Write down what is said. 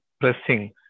pressing